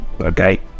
okay